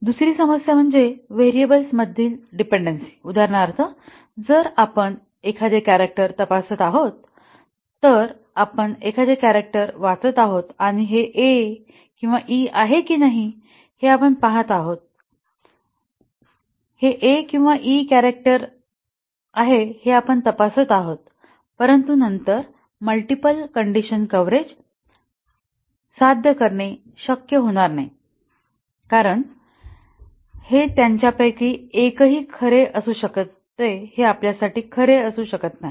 दुसरी समस्या म्हणजे व्हेरिएबल्समधील डिपेंडन्सी उदाहरणार्थ जर आपण एखादे कॅरॅक्टर तपासत आहोत तर आपण एखादे कॅरॅक्टर वाचत आहोत आणि हे A किंवा E आहे की नाही हे आपण पहातो आहोत की नाही हे A किंवा कॅरेक्टर E आहे हे तपासत आहोत परंतु नंतर मल्टिपल कंडिशन कव्हरेज साध्य करणे शक्य होणार नाही कारण हे त्यांच्यापैकी एकही खरे असू शकते हे आपल्यासाठी खरे असू शकत नाही